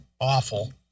Awful